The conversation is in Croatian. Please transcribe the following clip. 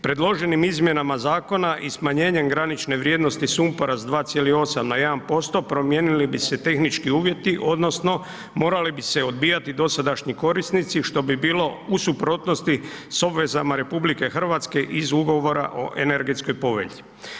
Predloženim izmjenama zakona i smanjenjem granične vrijednosti sumpora s 2,8 na 1%, promijenili bi se tehnički uvjeti, odnosno morali bi se odbijati dosadašnji korisnici, što bi bilo u suprotnosti s obvezama RH iz Ugovora o energetskoj povelji.